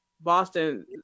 Boston